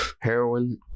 heroin